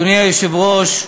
אדוני היושב-ראש,